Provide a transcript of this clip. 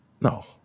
no